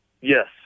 Yes